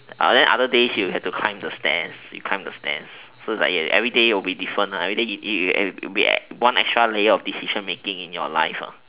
and then other days you have the climb the stairs you climb the stairs so everyday will be different everyday it will be one extra layer of decision making in your life